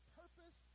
purpose